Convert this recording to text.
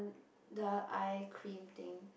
eye cream thing